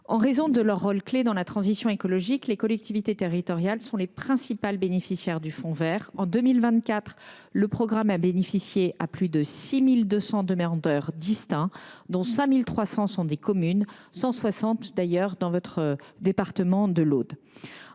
en raison de leur rôle clé dans la transition écologique, les collectivités territoriales sont les principales bénéficiaires du fonds vert. En 2024, le programme a bénéficié à plus de 6 245 demandeurs distincts, dont 5 316 sont des communes – 160 d’entre elles se situent dans votre département de l’Aude.